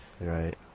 Right